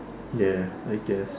ya I guess